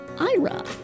Ira